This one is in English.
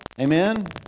Amen